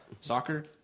Soccer